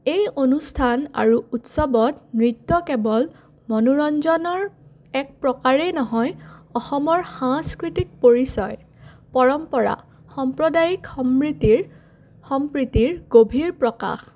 এই অনুষ্ঠান আৰু উৎসৱত নৃত্য কেৱল মনোৰঞ্জনৰ এক প্ৰকাৰেই নহয় অসমৰ সাংস্কৃতিক পৰিচয় পৰম্পৰা সম্প্ৰদায়িক সমৃতিৰ সম্প্ৰীতিৰ গভীৰ প্ৰকাশ